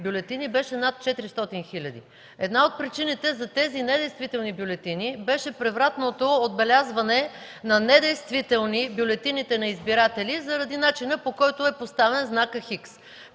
бюлетини беше над 400 хиляди. Една от причините за тези недействителни бюлетини беше превратното отбелязване на недействителни бюлетините на избиратели заради начина, по който е поставен знакът „Х”.